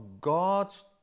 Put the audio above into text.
god's